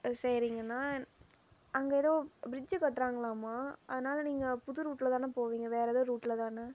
சரிங்கண்ணா அங்கே ஏதோ பிரிட்ஜ்ஜி கட்டுறாங்களாமா அதனால் நீங்கள் புது ரூட்டில் தானே போவீங்க வேறு ஏதாவது ரூட்டில் தானே